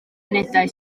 unedau